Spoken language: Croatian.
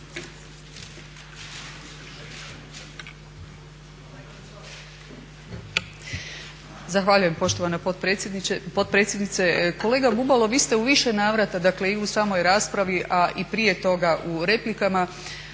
Zahvaljujem poštovana potpredsjednice. Kolega Bubalo, vi ste u više navrata, dakle i u samoj raspravi a i prije toga u replikama